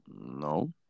No